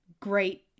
Great